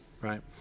right